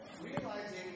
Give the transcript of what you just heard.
realizing